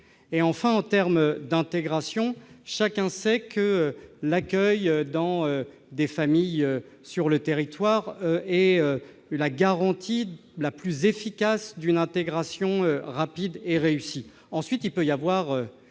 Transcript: Enfin, en termes d'intégration, chacun le sait, l'accueil dans des familles sur le territoire est la garantie la plus efficace d'une intégration rapide et réussie. Ce n'est pas